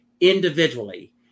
individually